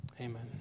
Amen